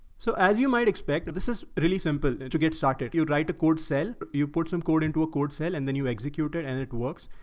so as you might expect, this is really simple to get started. you'd write a code cell. you put some code into a code cell and then you execute it and it works,